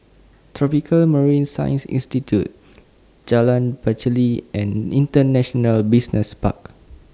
Tropical Marine Science Institute Jalan Pacheli and International Business Park